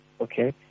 Okay